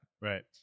Right